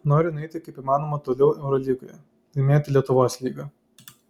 noriu nueiti kaip įmanoma toliau eurolygoje laimėti lietuvos lygą